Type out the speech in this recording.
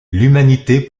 l’humanité